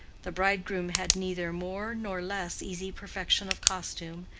the bridegroom had neither more nor less easy perfection of costume,